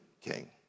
king